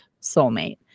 soulmate